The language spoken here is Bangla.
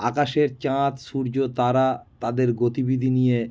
আকাশের চাঁদ সূর্য তারা তাদের গতিবিধি নিয়ে